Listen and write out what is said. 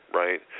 right